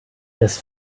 des